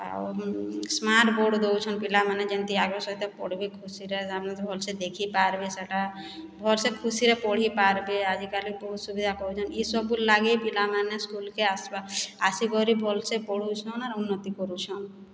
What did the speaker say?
ଆଉ smart board ଦଉଛନ୍ ପିଲାମାନେ ଯେମିତି ଆଗ୍ରହ ସହିତ ପଢ଼ିବେ ଖୁସିରେ ସାମ୍ନେସେ ଭଲସେ ଦେଖିପାରିବେ ସେଟା ଭଳସେ ଖୁସିରେ ପଢ଼ି ପାରବେ ଆଜିକାଲି ବହୁତ ସୁବିଧା ପାଉଚନ୍ ଇ ସବୁ ଲାଗି ପିଲାମାନେ ସ୍କୁଲକେ ଆସିବା ଆସିକରି ଭଳସେ ପଢ଼ୁଛନ୍ ଆର୍ ଉନ୍ନତି କରୁଛନ୍